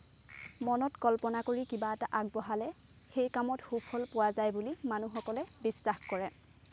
মনত কল্পনা কৰি কিবা এটা আগবঢ়ালে সেই কামত সুফল পোৱা যায় বুলি মানুহসকলে বিশ্বাস কৰে